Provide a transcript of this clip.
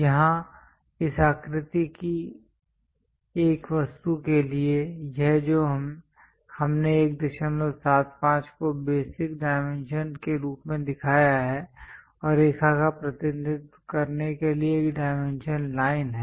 यहाँ इस आकृति की एक वस्तु के लिए यह जो हमने 175 को बेसिक डायमेंशन के रूप में दिखाया है और रेखा का प्रतिनिधित्व करने के लिए एक डायमेंशन लाइन है